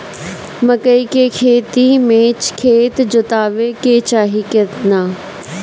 मकई के खेती मे खेत जोतावे के चाही किना?